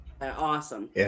Awesome